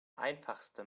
einfachste